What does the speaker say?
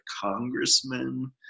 congressman